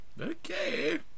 Okay